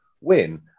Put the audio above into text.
win